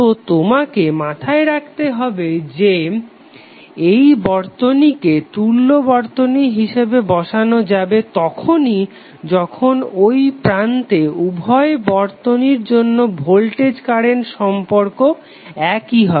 তো তোমাকে মাথায় রাখতে হবে যে এই বর্তনীকে তুল্য বর্তনী হিসাবে বসানো যাবে তখনই যখন ঐ প্রান্তে উভয় বর্তনীর জন্য ভোল্টেজ কারেন্ট সম্পর্ক একই হবে